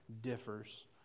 differs